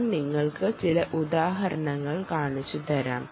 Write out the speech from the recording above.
ഞാൻ നിങ്ങൾക്ക് ചില ഉദാഹരണങ്ങൾ കാണിച്ചുതരാം